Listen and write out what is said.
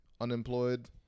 unemployed